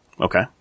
Okay